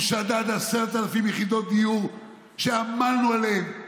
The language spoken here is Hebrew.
שדד 10,000 יחידות דיור שעמלנו עליהן.